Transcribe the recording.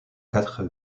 quatre